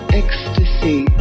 ecstasy